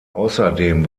außerdem